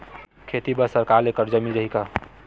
खेती बर सरकार ले मिल कर्जा मिल जाहि का?